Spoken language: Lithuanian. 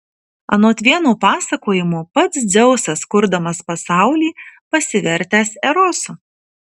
anot vieno pasakojimo pats dzeusas kurdamas pasaulį pasivertęs erosu